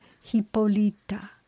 Hippolita